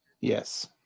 Yes